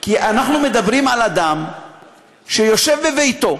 כי אנחנו מדברים על אדם שיושב בביתו,